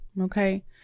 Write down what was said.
Okay